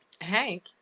hank